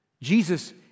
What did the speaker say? Jesus